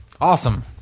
Awesome